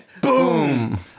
Boom